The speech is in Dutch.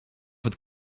het